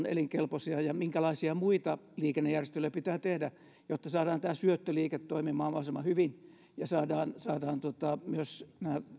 elinkelpoisia ja minkälaisia muita liikennejärjestelyjä pitää tehdä jotta saadaan tämä syöttöliike toimimaan mahdollisimman hyvin ja saadaan myös